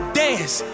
dance